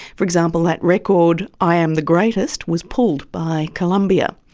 for example, that record i am the greatest was pulled by columbia.